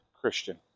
Christian